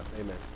amen